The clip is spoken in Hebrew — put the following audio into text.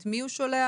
את מי הוא שולח?